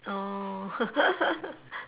orh